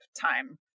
time